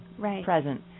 present